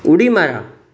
उडी मारा